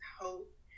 hope